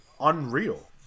unreal